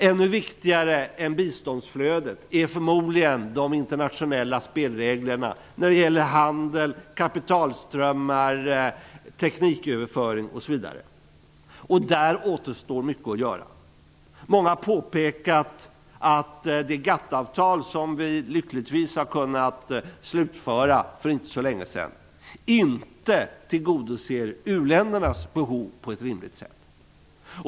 Ännu viktigare än biståndsflödet är förmodligen de internationella spelreglerna när det gäller handel, kapitalströmmar, tekniköverföring osv. Där återstår mycket att göra. Många har påpekat att det GATT-avtal som vi lyckligtvis kunnat slutföra för inte så länge sedan inte tillgodoser u-ländernas behov på ett rimligt sätt.